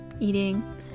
eating